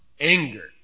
anger